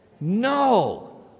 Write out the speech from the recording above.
No